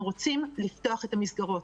אנחנו רוצים לפתוח את המסגרות.